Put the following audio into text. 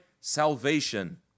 salvation